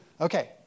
Okay